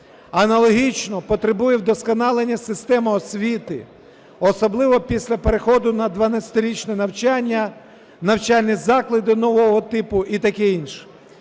Аналогічно потребує вдосконалення система освіти, особливо після переходу на 12-річне навчання, навчальні заклади нового типу і таке інше.